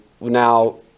now